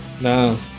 No